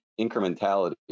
incrementality